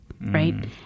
right